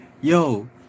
Yo